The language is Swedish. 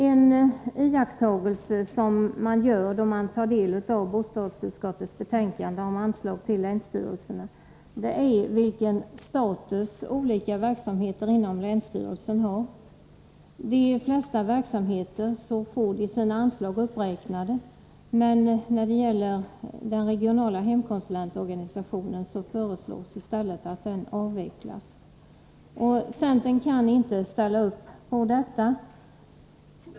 En iakttagelse jag gör då jag tar del av bostadsutskottets betänkande om anslag till länsstyrelserna är vilken status olika verksamheter inom länsstyrelsen har. De flesta verksamheter får sina anslag uppräknade, men den regionala hemkonsulentorganisationen föreslås bli avvecklad. Centern kan inte ställa sig bakom detta förslag.